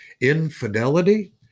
Infidelity